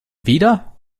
wieder